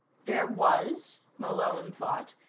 there was, malone thought,